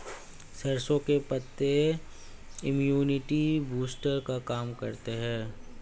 सरसों के पत्ते इम्युनिटी बूस्टर का काम करते है